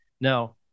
Now